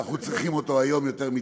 ואנחנו צריכים אותו היום יותר מתמיד.